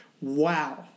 wow